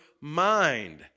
mind